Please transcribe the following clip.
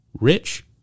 rich